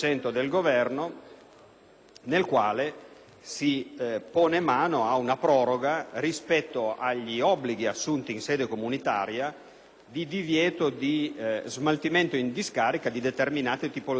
nel quale si pone mano a una proroga rispetto agli obblighi assunti in sede comunitaria di divieto di smaltimento in discarica di determinate tipologie di rifiuti. Questo tocca